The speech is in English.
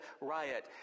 riot